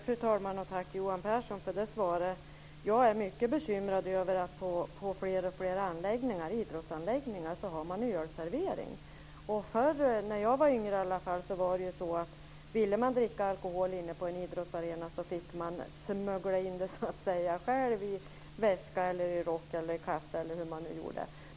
Fru talman! Tack Johan Pehrson för svaret. Jag är mycket bekymrad över att det på fler och fler idrottsanläggningar finns ölservering. När jag var yngre fick man smuggla in alkoholen själv i en väska eller rock på idrottsarenan om man ville dricka alkohol.